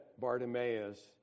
Bartimaeus